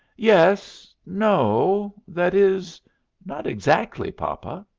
yes no that is not exactly, papa.